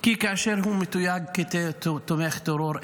כי כאשר הוא מתויג כתומך טרור,